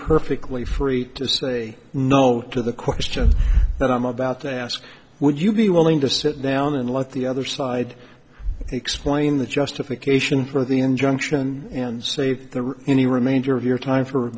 perfectly free to say no to the question that i'm about to ask would you be willing to sit down and let the other side explain the justification for the injunction and see if there were any remainder of your time for